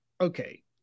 okay